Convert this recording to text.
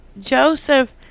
Joseph